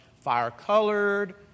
fire-colored